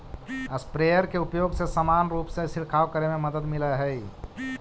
sprayer के उपयोग से समान रूप से छिडकाव करे में मदद मिलऽ हई